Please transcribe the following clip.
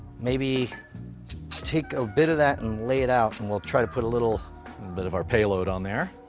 maybe take a bit of that and lay it out and we'll try to put a little bit of our payload on there.